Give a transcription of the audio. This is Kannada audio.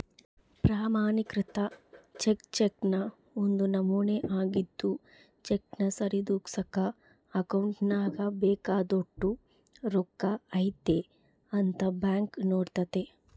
ಪ್ರಮಾಣಿಕೃತ ಚೆಕ್ ಚೆಕ್ನ ಒಂದು ನಮೂನೆ ಆಗಿದ್ದು ಚೆಕ್ನ ಸರಿದೂಗ್ಸಕ ಅಕೌಂಟ್ನಾಗ ಬೇಕಾದೋಟು ರೊಕ್ಕ ಐತೆ ಅಂತ ಬ್ಯಾಂಕ್ ನೋಡ್ತತೆ